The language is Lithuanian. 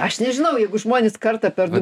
aš nežinau jeigu žmonės kartą per du